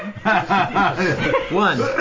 One